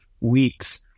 weeks